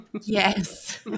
Yes